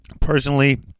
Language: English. Personally